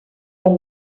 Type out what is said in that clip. com